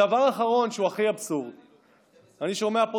אתם,